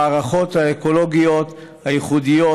המערכות האקולוגיות הייחודיות,